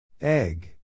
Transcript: Egg